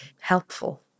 helpful